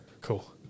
cool